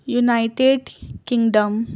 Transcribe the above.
United Kingdom